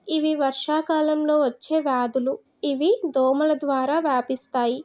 ఇవి వర్షాకాలంలో వచ్చే వ్యాధులు ఇవి దోమల ద్వారా వ్యాపిస్తాయి